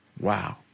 Wow